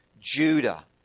Judah